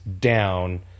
down